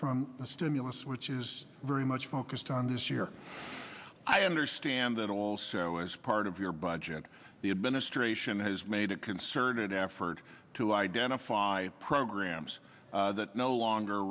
the stimulus which is very much focused on this year i understand that also as part of your budget the administration has made a concerted effort to identify programs that no longer